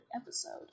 episode